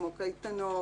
כמו קייטנות,